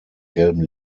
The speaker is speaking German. gelben